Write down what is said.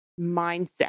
mindset